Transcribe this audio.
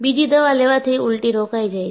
બીજી દવા લેવાથી ઉલટી રોકાઈ જાય છે